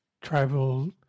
tribal